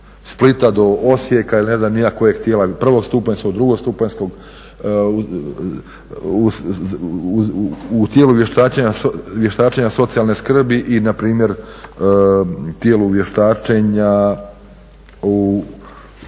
Splita do Osijeka ili ne znam ni ja kojeg tijela prvostupanjskog, drugostupanjskog u tijelu vještačenja socijalne skrbi i npr. tijelu vještačenja u